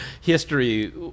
history